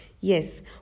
yes